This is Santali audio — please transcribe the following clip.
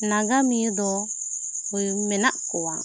ᱱᱟᱜᱟᱢᱤᱭᱟᱹ ᱫᱚ ᱢᱮᱱᱟᱜ ᱠᱚᱣᱟ